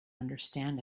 understand